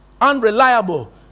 unreliable